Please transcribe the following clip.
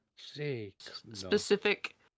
Specific